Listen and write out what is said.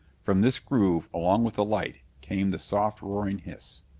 from this groove, along with the light, came the soft roaring hiss.